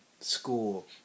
school